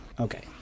Okay